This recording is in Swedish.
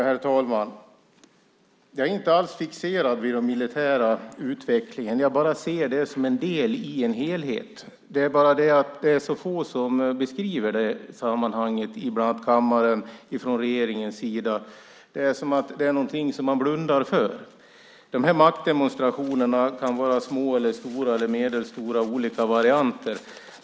Herr talman! Jag är inte alls fixerad vid den militära utvecklingen; jag bara ser den som en del i en helhet. Det är bara det att det är så få som beskriver det sammanhanget bland annat här i kammaren och från regeringens sida. Det är som att detta är något som man blundar för. De här maktdemonstrationerna kan vara små, stora eller medelstora - det kan vara olika varianter.